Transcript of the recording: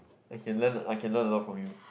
I can learn I can learn a lot from you